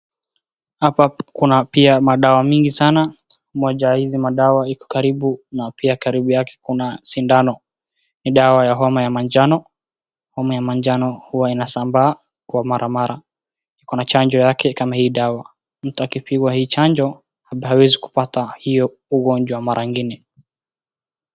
Hapa kuna pia madawa mingi sana, moja ya hizi madawa iko karibu na pia karibu yake kuna sindano, ni dawa ya homa ya manjano, homa ya manjano huwa inasamba kwa kila mara. Kuna chanjo ya hii dawa, mtu akipigwa chanjo hawezi kupata hiyo ugonjwa mara ingine.